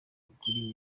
ukuri